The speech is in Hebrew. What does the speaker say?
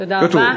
תודה.